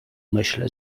myśl